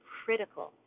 critical